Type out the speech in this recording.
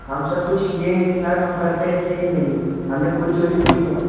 हम सर कुछ किए ही नहीं सर हम घर पर थे ही नहीं हमने कोई चोरी फोरी नहीं